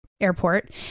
airport